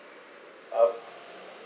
I'll